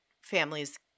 families